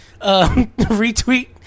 retweet